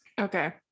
Okay